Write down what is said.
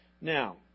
Now